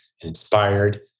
inspired